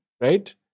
right